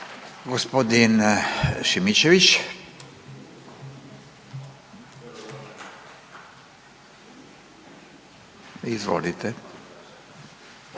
G. Šimičević. Izvolite.